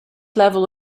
level